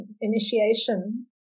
initiation